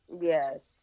yes